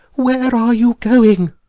where are you going?